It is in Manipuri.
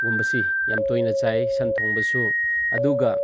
ꯒꯨꯝꯕꯁꯤ ꯌꯥꯝ ꯇꯣꯏꯅ ꯆꯥꯏ ꯁꯟꯊꯣꯡꯕꯁ ꯑꯗꯨꯒ